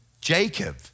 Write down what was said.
Jacob